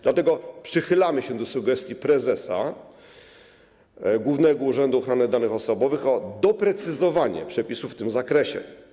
Dlatego przychylamy się do sugestii prezesa Urzędu Ochrony Danych Osobowych co do doprecyzowania przepisów w tym zakresie.